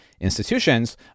institutions